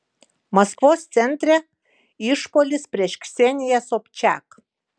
maskvos centre išpuolis prieš kseniją sobčiak